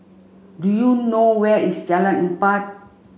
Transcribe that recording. do you know where is Jalan Empat